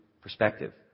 perspective